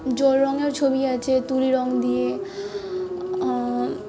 জল রঙেও ছবি আছে তুলি রঙ দিয়ে